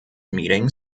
meeting